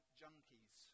junkies